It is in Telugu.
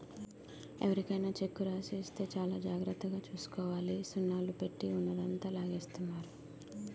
ఎవరికైనా చెక్కు రాసి ఇస్తే చాలా జాగ్రత్తగా చూసుకోవాలి సున్నాలు పెట్టి ఉన్నదంతా లాగేస్తున్నారు